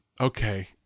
okay